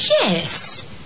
yes